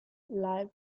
live